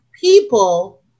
people